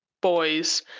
boys